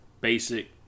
basic